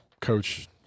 coach